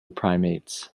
primates